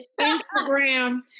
Instagram